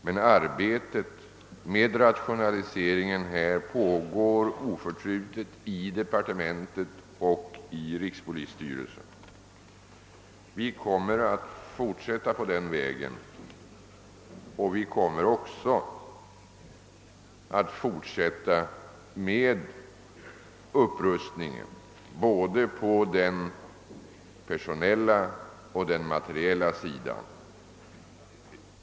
Men arbetet med rationaliseringen pågår oförtrutet i departementet och i rikspolisstyrelsen. Vi kommer att fortsätta på den vägen, liksom vi kommer att fortsätta att upprusta på både den personella och den materiella sidan.